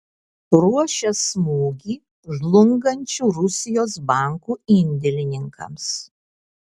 ruošia smūgį žlungančių rusijos bankų indėlininkams